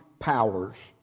Powers